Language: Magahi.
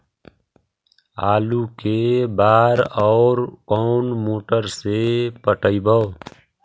आलू के बार और कोन मोटर से पटइबै?